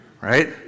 right